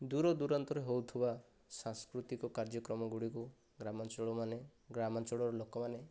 ଦୁରଦୁରାନ୍ତରେ ହେଉଥିବା ସାସ୍କୃତିକ କାର୍ଯ୍ୟକ୍ରମ ଗୁଡ଼ିକୁ ଗ୍ରାମାଞ୍ଚଳମାନେ ଗ୍ରାମାଞ୍ଚଳର ଲୋକମାନେ